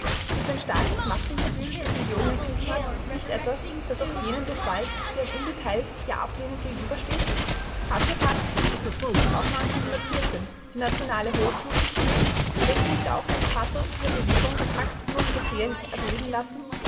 ist ein starkes massengefühl das millionen ergriffen hat nicht etwas das auch jenen durchwallt der ihm unbeteiligt ja ablehnend gegenübersteht haben wir pazifisten nicht auch die nationale hochflut gespürt hat uns nicht auch das pathos dieser bewegung gepackt und unsere seelen erbeben lassen